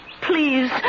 please